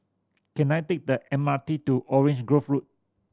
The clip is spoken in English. can I take the M R T to Orange Grove Road